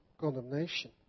condemnation